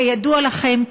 כידוע לכם,